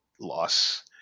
loss